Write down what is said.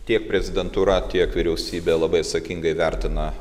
tiek prezidentūra tiek vyriausybė labai atsakingai vertina